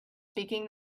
speaking